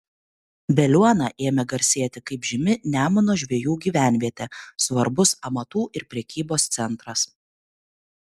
veliuona ėmė garsėti kaip žymi nemuno žvejų gyvenvietė svarbus amatų ir prekybos centras